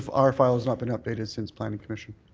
our file has not been updated since planning commission.